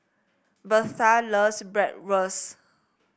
Birtha loves Bratwurst